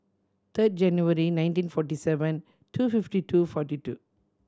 third January nineteen forty seven two fifty two forty two